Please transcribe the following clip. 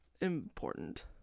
important